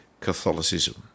Catholicism